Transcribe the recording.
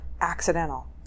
accidental